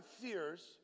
fears